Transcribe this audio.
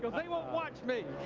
they won't watch me.